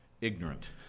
ignorant